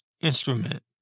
instrument